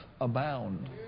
abound